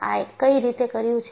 આ કઈ રીતે કર્યું છે